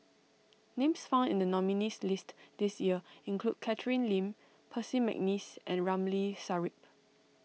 names found in the nominees' list this year include Catherine Lim Percy McNeice and Ramli Sarip